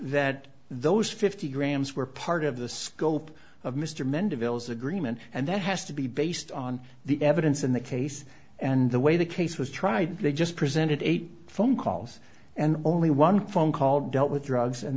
that those fifty grams were part of the scope of mr mend avails agreement and that has to be based on the evidence in the case and the way the case was tried they just presented eight phone calls and only one phone call dealt with drugs and